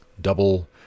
double